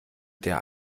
der